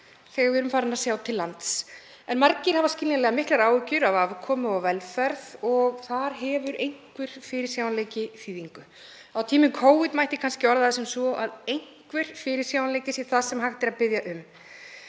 þegar við erum farin að sjá til lands. En margir hafa skiljanlega miklar áhyggjur af afkomu og velferð og þar hefur einhver fyrirsjáanleiki þýðingu. Á tímum Covid mætti kannski orða það sem svo að einhver fyrirsjáanleiki sé það sem hægt er að biðja um